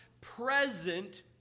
present